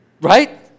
right